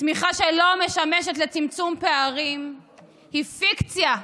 צמיחה שלא משמשת לצמצום פערים היא פיקציה.